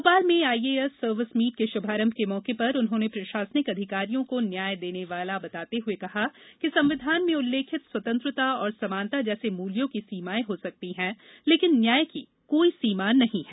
भोपाल में IAS service meet के शुभारंभ के मौके पर उन्होंने प्रशासनिक अधिकारियों को न्याय देने वाला बताते हुए कहा कि संविधान में उल्लेखित स्वतंत्रता और समानता जैसे मूल्यों की सीमाएँ हो सकती हैं लेकिन न्याय की कोई सीमा नहीं है